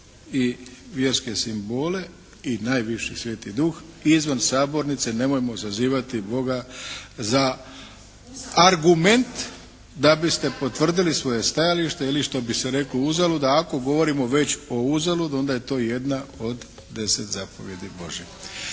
i vjerske simbole i najviše Sveti Duh izvan sabornice. Nemojmo zazivati Boga za argument da biste potvrdili svoje stajalište ili što bi se reklo uzalud. A ako govorimo već o uzalud onda je to jedna od 10 zapovijedi Božjih.